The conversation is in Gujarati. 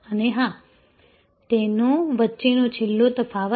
અને હા તેનો વચ્ચેનો છેલ્લો તફાવત